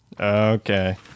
Okay